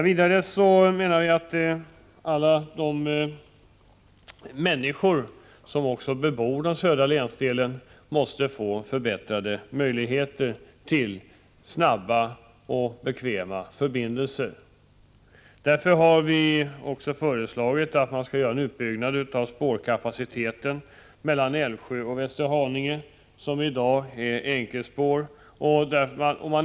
Vidare menar vi att alla de människor som bebor den södra länsdelen måste få förbättrade möjligheter till snabba och bekväma förbindelser. Därför har vi också föreslagit att man skall göra en utbyggnad av spårkapaciteten mellan Älvsjö och Västerhaninge, där det i dag är enkelspår.